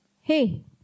Hey